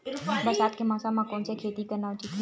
बरसात के मौसम म कोन से खेती करना उचित होही?